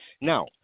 Now